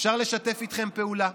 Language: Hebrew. אפשר לשתף איתכם פעולה,